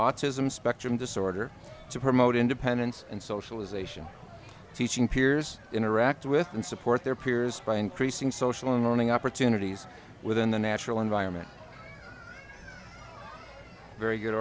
autism spectrum disorder to promote independence and socialization teaching peers interact with and support their peers by increasing social and learning opportunities within the natural environment very good